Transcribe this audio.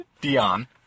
Dion